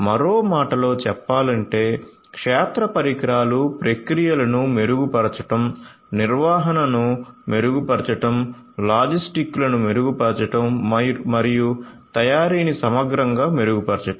మరో మాటలో చెప్పాలంటే క్షేత్ర పరికరాలు ప్రక్రియలను మెరుగుపరచడం నిర్వహణను మెరుగుపరచడం లాజిస్టిక్లను మెరుగుపరచడం మరియు తయారీని సమగ్రంగా మెరుగుపరచడం